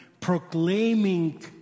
proclaiming